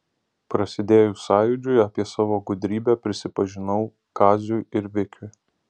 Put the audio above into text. prasidėjus sąjūdžiui apie savo gudrybę prisipažinau kaziui ir vikiui